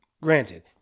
Granted